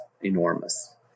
enormous